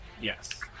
Yes